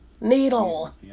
needle